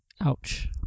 Ouch